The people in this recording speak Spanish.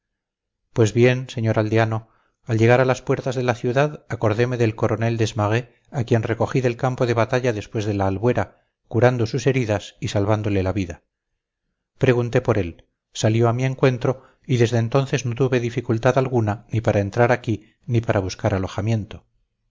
pues bien señor aldeano al llegar a las puertas de la ciudad acordeme del coronel desmarets a quien recogí del campo de batalla después de la albuera curando sus heridas y salvándole la vida pregunté por él salió a mi encuentro y desde entonces no tuve dificultad alguna ni para entrar aquí ni para buscar alojamiento